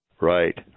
Right